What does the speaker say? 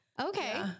Okay